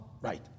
Right